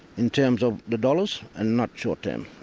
in terms of the dollars, and not short-term.